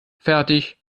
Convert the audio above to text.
fertig